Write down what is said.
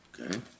okay